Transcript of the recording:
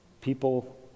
People